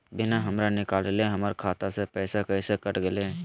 बिना हमरा निकालले, हमर खाता से पैसा कैसे कट गेलई?